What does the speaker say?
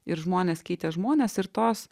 ir žmonės keitė žmones ir tos